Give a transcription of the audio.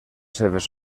seves